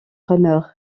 honneur